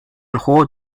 juego